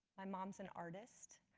my mom's an artist.